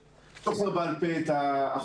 אני לא זוכר בעל פה את האחוזים,